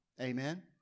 Amen